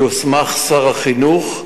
יוסמך שר חינוך,